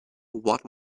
what